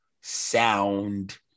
sound